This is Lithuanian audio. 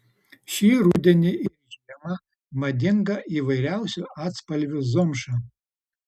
šį rudenį ir žiemą madinga įvairiausių atspalvių zomša